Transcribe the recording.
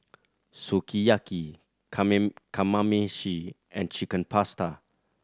Sukiyaki Kamameshi and Chicken Pasta